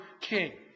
King